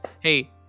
hey